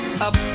up